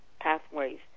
pathways